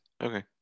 Okay